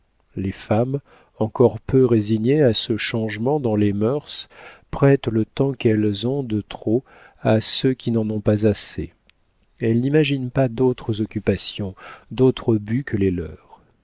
les femmes encore peu résignées à ce changement dans les mœurs prêtent le temps qu'elles ont de trop à ceux qui n'en ont pas assez elles n'imaginent pas d'autres occupations d'autre but que les leurs